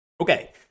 Okay